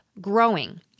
growing